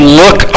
look